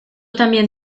también